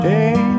Hey